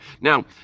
Now